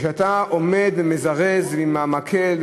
כשאתה עומד ומזרז עם המקל,